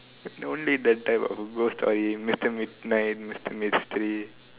read the type of ghost story mister midnight mister mystery